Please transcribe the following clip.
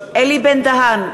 אלי בן-דהן,